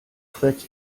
freds